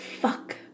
Fuck